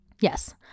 Yes